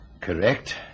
Correct